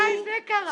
מתי זה קרה?